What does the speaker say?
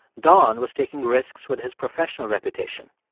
don was taking risks with his professional reputation.